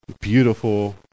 Beautiful